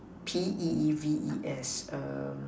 P E E V E S